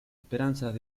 esperanzas